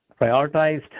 prioritized